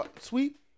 sweet